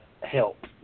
help